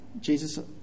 Jesus